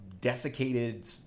desiccated